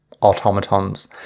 automatons